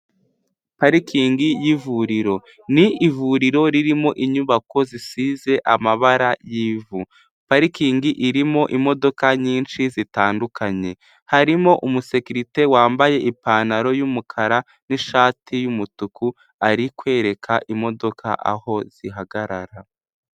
Parikingi y'ivuriro. Ni ivuriro ririmo inyubako zisize amabara y'ivu. Parikingi irimo imodoka nyinshi zitandukanye, harimo umusekirite wambaye ipantaro y'umukara n'ishati y'umutuku ari kwereka imodoka aho zihagarara.